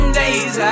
days